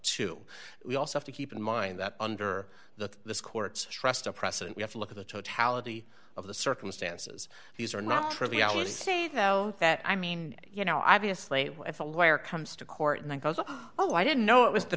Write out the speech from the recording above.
two we also have to keep in mind that under the court's trust a precedent we have to look at the totality of the circumstances these are not really i would say though that i mean you know obviously if a lawyer comes to court and goes oh i didn't know it was the